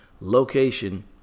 location